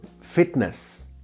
fitness